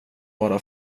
vara